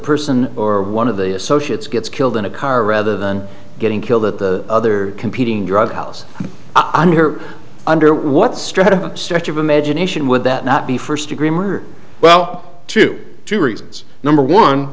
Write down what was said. person or one of the associates gets killed in a car rather than getting killed that the other competing drug house i'm here under what strata stretch of imagination would that the first degree murder well two two reasons number one